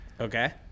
Okay